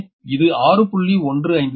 எனவே இது 6